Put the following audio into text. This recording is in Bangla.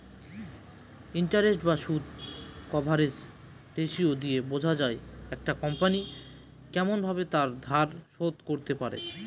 ইন্টারেস্ট বা সুদ কভারেজ রেসিও দিয়ে বোঝা যায় একটা কোম্পনি কেমন ভাবে তার ধার শোধ করতে পারে